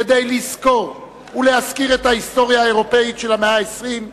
כדי לזכור ולהזכיר את ההיסטוריה האירופית של המאה ה-20,